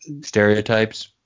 stereotypes